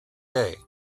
day